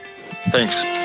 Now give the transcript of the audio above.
Thanks